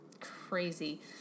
crazy